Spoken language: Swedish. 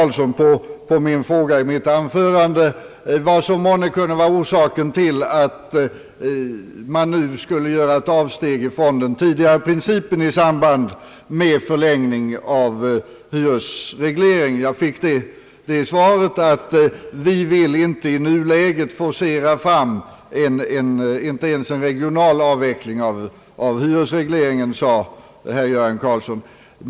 På min fråga vad som kunde vara orsaken till att man nu skulle göra ett avsteg från den tidigare principen i samband med förlängning av hyresregleringen fick jag av herr Göran Karlsson svaret att man inte i nuläget vill forcera fram ens en regional avveckling av hyresregleringen.